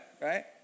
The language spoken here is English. right